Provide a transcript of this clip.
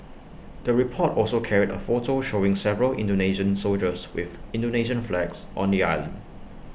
the report also carried A photo showing several Indonesian soldiers with Indonesian flags on the island